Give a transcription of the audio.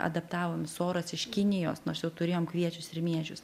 adaptavom soras iš kinijos nors jau turėjom kviečius ir miežius